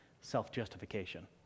self-justification